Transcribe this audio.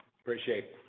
Appreciate